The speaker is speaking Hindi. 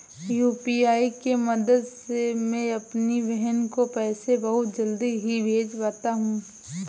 यू.पी.आई के मदद से मैं अपनी बहन को पैसे बहुत जल्दी ही भेज पाता हूं